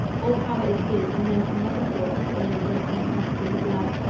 all power is his, and men can never thwart his all-embracing purposes of love.